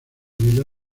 vida